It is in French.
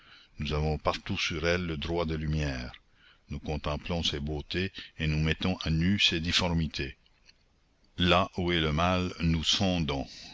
nous avons partout sur elle le droit de lumière nous contemplons ses beautés et nous mettons à nu ses difformités là où est le mal nous